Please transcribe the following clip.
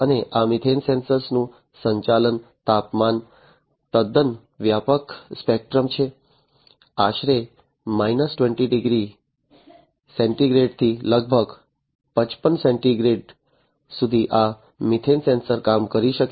અને આ methane sensor નું સંચાલન તાપમાન તદ્દન વ્યાપક સ્પેક્ટ્રમ છે આશરે માઈનસ 20 ડિગ્રી સેન્ટિગ્રેડથી લગભગ 55 ડિગ્રી સેન્ટિગ્રેડ સુધી આ મિથેન સેન્સર કામ કરી શકે છે